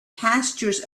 pastures